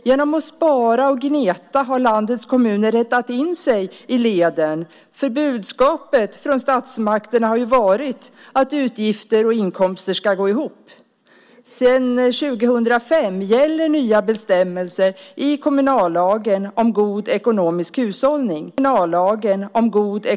Genom att spara och gneta har landets kommuner rättat in sig i ledet, för budskapet från statsmakterna har ju varit att utgifter och inkomster ska gå ihop. Sedan 2005 gäller nya bestämmelser i kommunallagen om god ekonomisk hushållning.